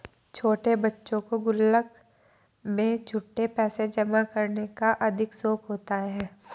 छोटे बच्चों को गुल्लक में छुट्टे पैसे जमा करने का अधिक शौक होता है